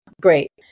Great